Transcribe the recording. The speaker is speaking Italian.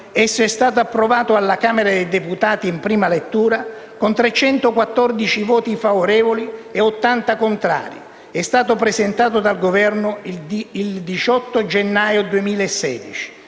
esso è stato approvato alla Camera dei deputati in prima lettura con 314 voti favorevoli e 80 contrari ed è stato presentato dal Governo il 18 gennaio 2016.